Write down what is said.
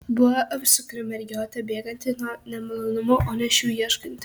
buvo apsukri mergiotė bėganti nuo nemalonumų o ne šių ieškanti